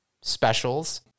specials